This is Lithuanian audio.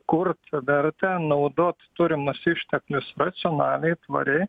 kurt vertę naudot turimus išteklius racionaliai tvariai